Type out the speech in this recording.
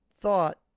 thought